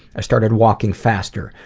i started walking faster,